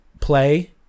play